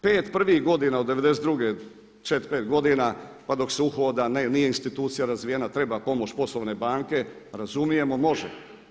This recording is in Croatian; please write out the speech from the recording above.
Pet prvih godina od '92., četiri, pet godina pa dok se ne uhoda, nije institucija razvijena, treba pomoć poslovne banke, razumijemo, može.